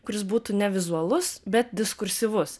kuris būtų ne vizualus bet diskursyvus